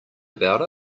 about